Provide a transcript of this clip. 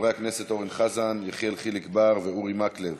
ותחזור לוועדת החוקה, חוק ומשפט להמשך הדיון.